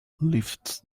lifts